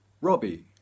Robbie